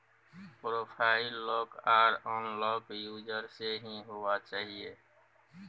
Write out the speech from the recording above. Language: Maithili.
प्रोफाइल लॉक आर अनलॉक यूजर से ही हुआ चाहिए